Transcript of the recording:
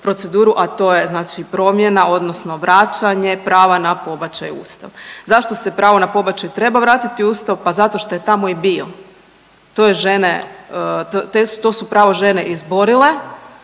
a to je znači promjena odnosno vraćanje prava na pobačaj u Ustav. Zašto se pravo na pobačaj treba vratiti u Ustav? Pa zato što je tamo i bio. To je žene, to su pravo žene izborile,